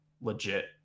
legit